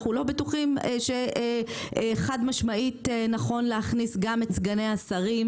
אנחנו לא בטוחים שחד-משמעית נכון להכניס גם את סגני השרים